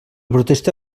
protesta